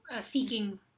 seeking